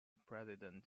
president